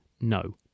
no